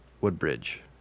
Woodbridge